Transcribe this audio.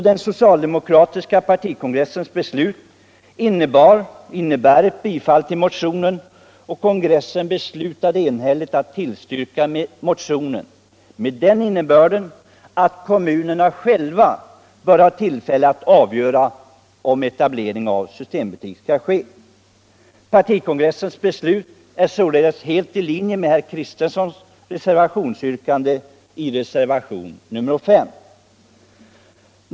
Den socialdemokratiska partikongressen beslutade enhälligt att tillstyrka motionen, med den innebörden att kommunerna själva bör ha tillfälle att avgöra om etablering av systembutik skall ske. Partikongressens beslut är således helt i linje med herr Kristensons reservationsyrkande i reservationen nr 5.